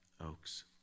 Oaks